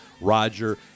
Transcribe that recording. roger